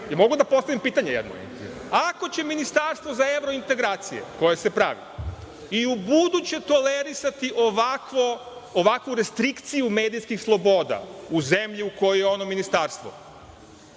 li mogu da postavim jedno pitanje? Ako će ministarstvo za evrointegracije, koje se pravi i ubuduće tolerisati ovakvu restrikciju medijskih sloboda u zemlji u kojoj je ono ministarstvo,